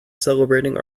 celebrating